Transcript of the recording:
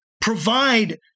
Provide